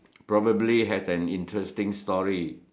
probably has an interesting story